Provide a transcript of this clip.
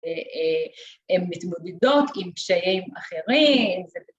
‫והן מתמודדות עם קשיים אחרים.